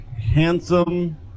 handsome